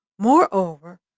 Moreover